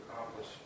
accomplish